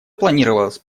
планировалось